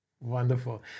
Wonderful